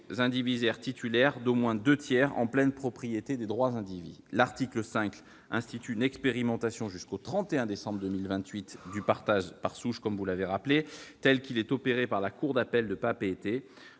des indivisaires titulaires d'au moins deux tiers en pleine propriété des droits indivis. L'article 5 institue une expérimentation, jusqu'au 31 décembre 2028, du partage par souche, tel qu'il est opéré par la cour d'appel de Papeete,